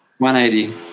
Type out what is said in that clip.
180